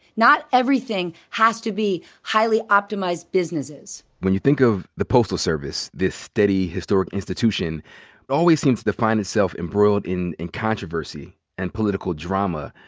not everything has to be highly optimized businesses. when you think of the postal service, this steady historic institution, it always seems to to find itself embroiled in in controversy and political drama.